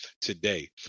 today